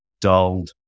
dulled